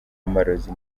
amarozi